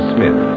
Smith